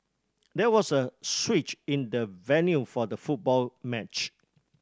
there was a switch in the venue for the football match